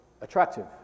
attractive